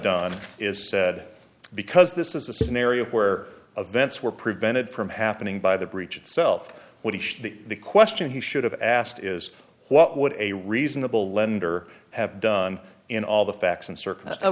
done is said because this is a scenario where a vents were prevented from happening by the breach itself the question he should have asked is what would a reasonable lender have done in all the facts and